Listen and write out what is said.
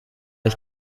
ich